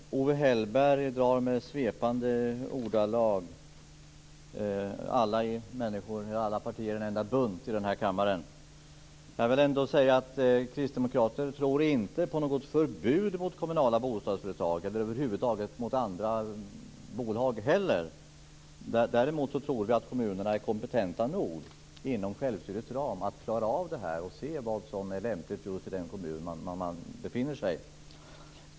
Fru talman! Owe Hellberg drar med svepande ordalag alla människor i alla partier i en enda bunt i den här kammaren. Kristdemokraterna tror inte på något förbud mot de kommunala bostadsföretagen eller över huvud taget mot andra bolag heller. Däremot tror vi att kommunerna är kompetenta nog inom självstyrelsens ram att klara av det här och se vad som är lämpligt i just den kommun man befinner sig i.